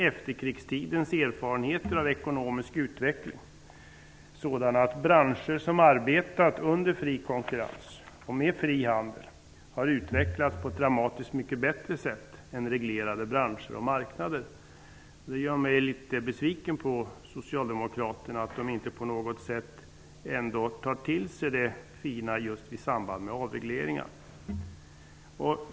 Efterkrigstidens erfarenheter av ekonomisk utveckling visar att branscher som arbetat under fri konkurrens och med fri handel har utvecklats på ett dramatiskt mycket bättre sätt än reglerade branscher och marknader. Det gör mig litet besviken på Socialdemokraterna som inte på något sätt tar till sig det fina i samband med just avregleringar.